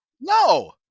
No